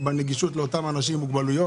בנגישות לאותם אנשים עם מוגבלויות.